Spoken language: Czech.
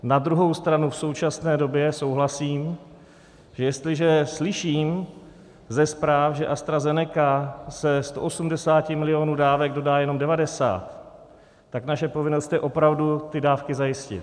Na druhou stranu, v současné době souhlasím, že jestliže slyším ze zpráv, že AstraZeneca ze 180 milionů dávek dodá jenom 90, tak naše povinnost je opravdu ty dávky zajistit.